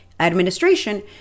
administration